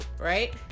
Right